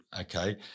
okay